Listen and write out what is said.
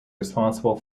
responsible